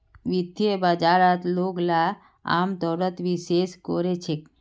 वित्तीय बाजारत लोगला अमतौरत निवेश कोरे छेक